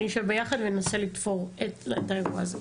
נשב ביחד וננסה לתפור את האירוע הזה.